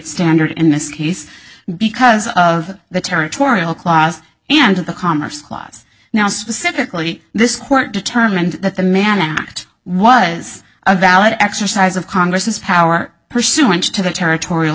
standard in this case because of the territorial clause and the commerce clause now specifically this court determined that the mann act was a valid exercise of congress's power pursuant to the territorial